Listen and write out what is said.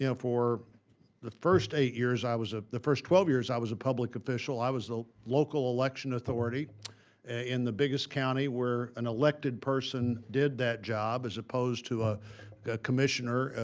yeah for the first eight years i was ah the first twelve years i was a public official, i was the local election authority in the biggest county where an elected person did that job, as opposed to a commissioner,